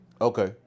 Okay